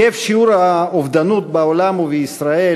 שיעור האובדנות בעולם ובישראל,